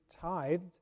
tithed